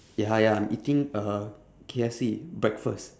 ya ya I'm eating uh K_F_C breakfast